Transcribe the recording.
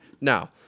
Now